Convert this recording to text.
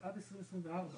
יש לך הערה עניינית לחוק?